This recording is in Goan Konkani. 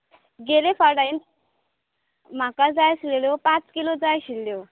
गेल्ले फावट हांवें म्हाका जाय आसलेल्यो पाच कीलूच जाय आसलेल्यो